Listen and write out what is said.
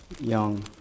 young